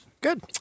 Good